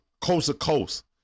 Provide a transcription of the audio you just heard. coast-to-coast